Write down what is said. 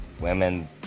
women